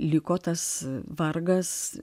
liko tas vargas